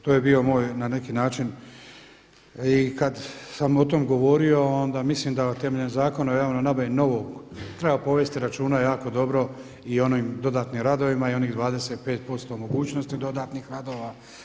To je bio moj na neki način i kad sam o tom govorio onda mislim da temeljem Zakona o javnoj nabavi novog treba povesti računa jako dobro i o onim dodatnim radovima i onih 25% mogućnosti dodatnih radova.